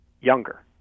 younger